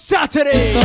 Saturday